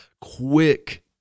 quick